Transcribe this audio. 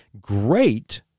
great